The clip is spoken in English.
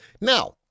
now